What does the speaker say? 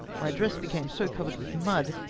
my dress became so covered with mud,